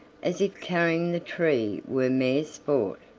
as if carrying the tree were mere sport.